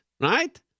right